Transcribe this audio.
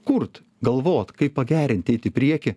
kurt galvot kaip pagerint eit į priekį